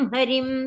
Harim